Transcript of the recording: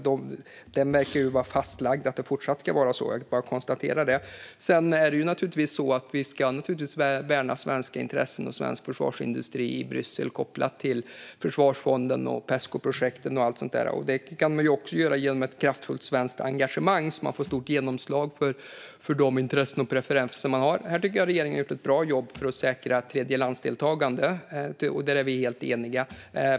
Det verkar vara fastlagt att det ska fortsätta vara så. Jag vill bara konstatera det. Sedan är det naturligtvis så att vi ska värna svenska intressen och svensk försvarsindustri i Bryssel kopplat till försvarsfonden, Pescoprojekten och allt sådant. Det kan man också göra genom ett kraftfullt svenskt engagemang, så att man får stort genomslag för de intressen och preferenser som man har. Här tycker jag att regeringen har gjort ett bra jobb för att säkra tredjelandsdeltagande. Där är vi helt eniga.